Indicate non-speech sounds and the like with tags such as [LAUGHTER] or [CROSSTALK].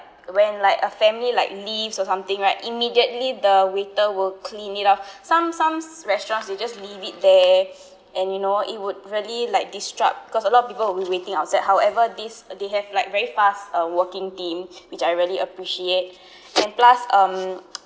when like a family like leaves or something right immediately the waiter will clean it off [BREATH] some some restaurants they just leave it there and you know it would really like disrupt cause a lot of people will be waiting outside however this they have like very fast uh working team which I really appreciate and plus um [NOISE]